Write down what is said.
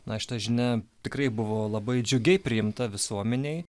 na šita žinia tikrai buvo labai džiugiai priimta visuomenėj